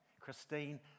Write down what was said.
Christine